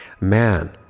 Man